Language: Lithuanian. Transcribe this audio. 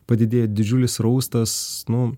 padidėjo didžiulis raustas nu